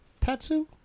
Tatsu